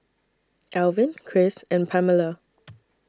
Elvin Chris and Pamella